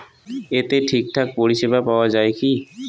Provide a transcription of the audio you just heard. এতে ঠিকঠাক পরিষেবা পাওয়া য়ায় কি?